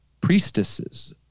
priestesses